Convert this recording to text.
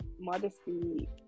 modesty